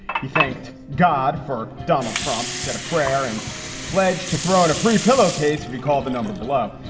he thanked god for donald trump, said a prayer and pledge to throw in a free pillowcase if you call the number below.